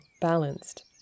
balanced